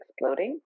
exploding